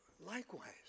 likewise